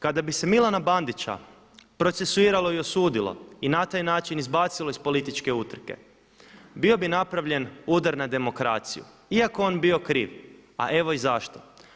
Kada bi se Milana Bandića procesuiralo i osudilo i na taj način izbacilo iz političke utrke, bio bi napravljen udar na demokraciju iako je on bio kriv, a evo i zašto.